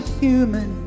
human